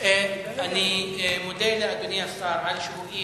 2009): לאחרונה התלוננו חקלאים